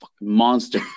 monster